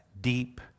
deep